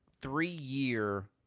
three-year